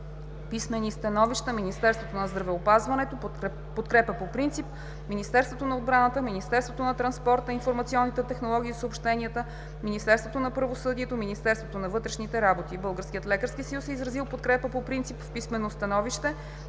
писмени становища: Министерството на здравеопазването – подкрепа по принцип, Министерството на отбраната, Министерството на транспорта, информационните технологии и съобщенията, Министерството на правосъдието, Министерството на вътрешните работи. Българският лекарски съюз е изразил подкрепа по принцип в писмено становище.